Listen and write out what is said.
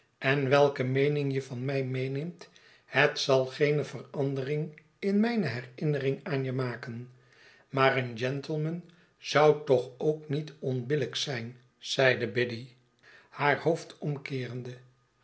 en welke meening je van mij meeneemt het zal geene verandering in mijne herinnering aan je maken maar een gentleman zou toch ook niet onbillijk zijn zeide biddy haar hoofd omkeerende